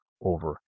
over